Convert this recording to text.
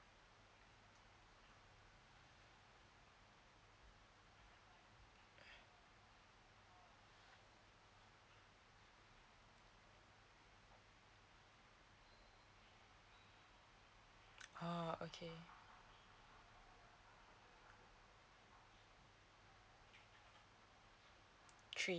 oh okay three